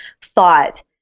thought